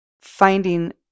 finding